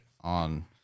on –